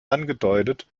angedeutet